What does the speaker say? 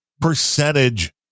percentage